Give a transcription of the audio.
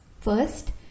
First